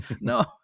No